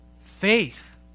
Faith